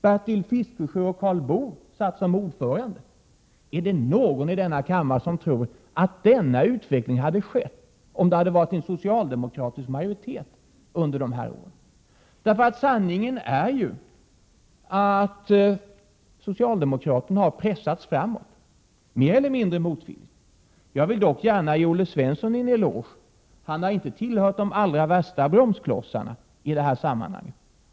Bertil Fiskesjö och Karl Boo satt som ordförande. Är det någon i denna kammare som tror att denna utveckling hade skett, om det hade varit Prot. 1987/88:132 en socialdemokratisk majoritet under den tiden? Sanningen är att socialde — 2 juni 1988 mokraterna har pressats framåt, mer eller mindre motvilligt. Jag vill dock ä , SE 9 Granskning av statsgärna ge Olle Svensson en eloge: han har inte tillhört de allra värsta AA 4 ä AR R rådens tjänsteutövning bromsklossarna i det här sammanhanget.